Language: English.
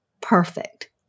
perfect